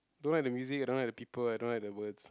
don't like the music I don't like the people I don't like the words